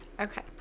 Okay